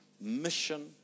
mission